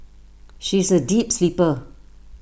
she is A deep sleeper